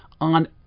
on